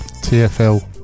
TfL